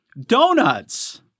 donuts